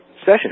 session